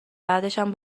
بعدشم